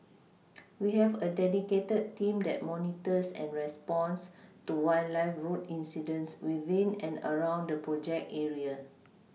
we have a dedicated team that monitors and responds to wildlife road incidents within and around the project area